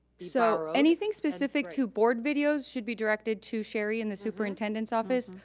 so anything specific to board videos should be directed to sherie in the superintendent's office.